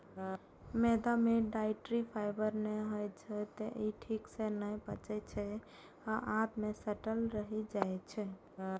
मैदा मे dietary fibre नै होइ छै, तें ई ठीक सं नै पचै छै आ आंत मे सटल रहि जाइ छै